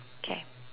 okay